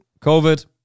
COVID